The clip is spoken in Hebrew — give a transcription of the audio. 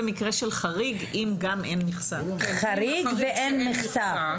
חריג ואין מכסה.